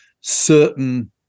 certain